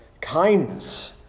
kindness